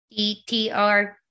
DTR